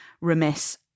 remiss